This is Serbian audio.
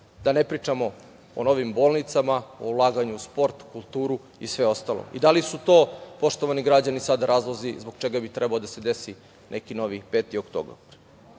Da ne pričamo o novim bolnicama, o ulaganju u sport, kulturu i sve ostalo. Poštovani građani, da li su to sada razlozi zbog čega bi trebao da se desi neki novi 5. oktobar?